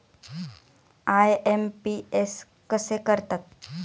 IMPS कसे करतात?